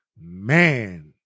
man